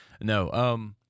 No